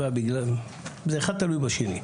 זה אחד תלוי בשני.